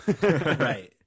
Right